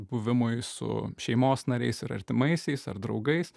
buvimui su šeimos nariais ir artimaisiais ar draugais